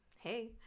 hey